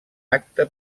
acte